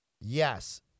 Yes